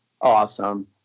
awesome